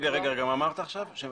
מה אמרת עכשיו?